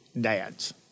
dads